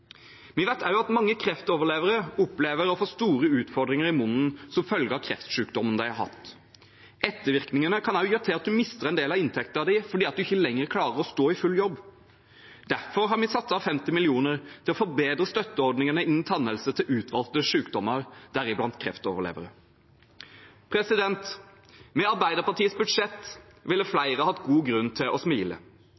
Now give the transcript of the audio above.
Vi vet også at mange kreftoverlevere opplever å få store utfordringer i munnen som følge av kreftsykdommen de har hatt. Ettervirkningene kan også gjøre at de mister en del av inntekten sin fordi de ikke lenger klarer å stå i full jobb. Derfor har vi satt av 50 mill. kr til å forbedre støtteordningene innen tannhelse til personer med utvalgte sykdommer, deriblant kreftoverlevere. Med Arbeiderpartiets budsjett ville